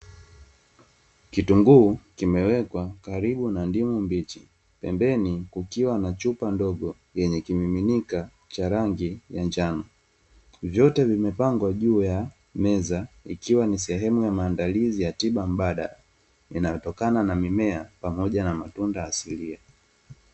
Kitunguu kimewekwa karibu na ndimu mbichi, pembeni kukiwa na chupa ndogo yenye kimiminika cha rangi ya njano. Vyote vimepangwa juu ya meza, ikiwa ni sehemu ya maandalizi ya tiba mbadala, inayotokana na mimea pamoja na mtunda asilia.